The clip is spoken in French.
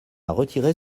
retirer